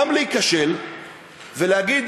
גם להיכשל ולהגיד,